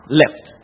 left